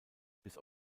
bis